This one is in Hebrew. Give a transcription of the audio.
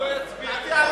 זו דעתו, חבר הכנסת אלסאנע.